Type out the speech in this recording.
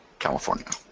california.